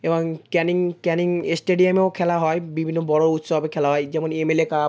এবং Canning Canning স্টেডিয়ামেও খেলা হয় বিভিন্ন বড়ো উৎসবে খেলা হয় যেমন এম এল এ কাপ